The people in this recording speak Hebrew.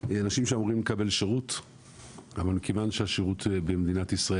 אנשים שאמורים לקבל שירות אבל מכיוון שהשירות במדינת ישראל